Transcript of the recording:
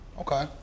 okay